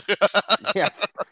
Yes